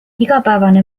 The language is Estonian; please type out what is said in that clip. igapäevane